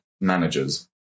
managers